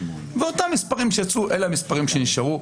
ואותם מספרים שיצאו אלה המספרים שנשארו.